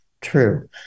True